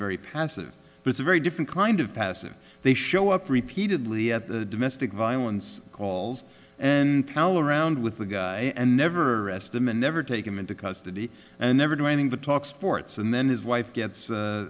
very passive it's a very different kind of passive they show up repeatedly at the domestic violence calls and pal around with the guy and never arrested and never take him into custody and never do anything to talk sports and then his wife gets